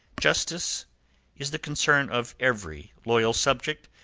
justice is the concern of every loyal subject,